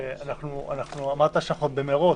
אמרת שאנחנו במירוץ,